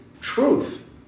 truth